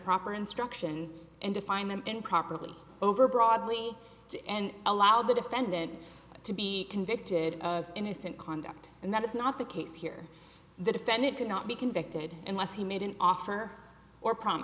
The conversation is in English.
proper instruction and defined them in properly over broadly to end allow the defendant to be convicted of innocent conduct and that is not the case here the defendant cannot be convicted unless he made an offer or prom